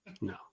no